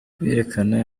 birerekana